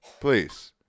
please